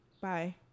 Bye